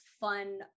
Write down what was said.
fun